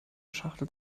schachtel